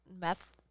meth